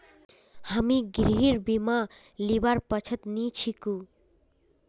हामी गृहर बीमा लीबार पक्षत नी छिकु